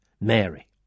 Mary